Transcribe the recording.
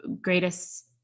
greatest